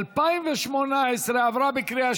התשע"ח 2018, נתקבל.